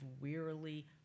wearily